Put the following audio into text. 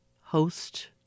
host